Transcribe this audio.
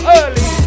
early